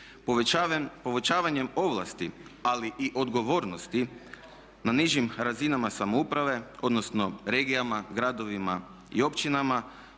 Povećavanjem ovlasti, ali i odgovornosti, na nižim razinama samouprave odnosno regijama, gradovima i općinama